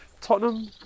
tottenham